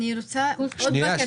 אני רוצה עוד בקשה.